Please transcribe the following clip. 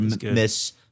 miss